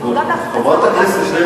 חברת הכנסת לוי,